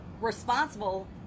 responsible